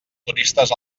turistes